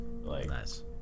Nice